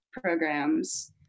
programs